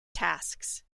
tasks